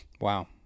Wow